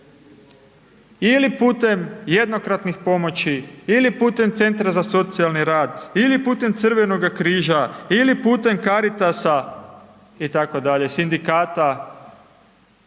Ili putem jednokratnih pomoći ili putem Centra za socijalni rad ili putem Crvenoga križa ili putem Caritasa itd. sindikata